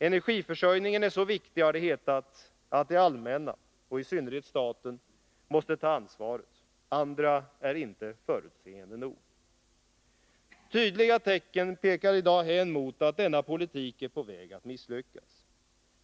Energiförsörjningen är så viktig, har det hetat, att det allmänna, och i synnerhet staten, måste ta ansvaret. Andra är inte förutseende nog. Tydliga tecken pekar i dag hän mot att denna politik är på väg att misslyckas.